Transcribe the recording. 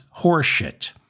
horseshit